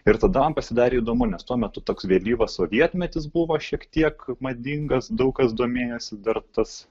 ir tada man pasidarė įdomu nes tuo metu toks vėlyvas sovietmetis buvo šiek tiek madingas daug kas domėjosi dar tas